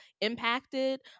impacted